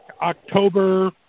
October